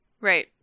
Right